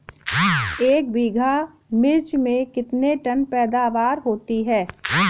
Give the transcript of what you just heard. एक बीघा मिर्च में कितने टन पैदावार होती है?